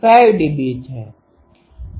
5dB છે